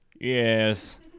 Yes